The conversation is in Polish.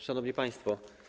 Szanowni Państwo!